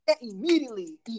Immediately